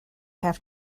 have